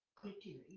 thank you,